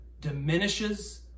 diminishes